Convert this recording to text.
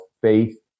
faith